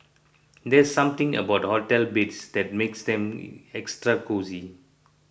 there's something about hotel beds that makes them extra cosy